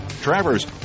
Travers